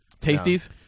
Tasties